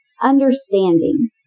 understanding